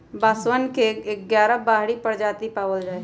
बांसवन के ग्यारह बाहरी प्रजाति पावल जाहई